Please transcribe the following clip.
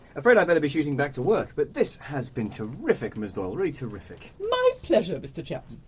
afraid i'd better be shooting back to work but this has been terrific, ms doyle, really terrific. my pleasure, mr chapman.